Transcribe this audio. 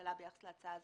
הממשלה ביחס להצעה הזאת,